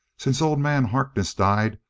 since old man harkness died,